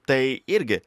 tai irgi